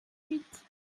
huit